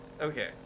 Okay